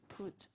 put